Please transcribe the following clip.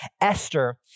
Esther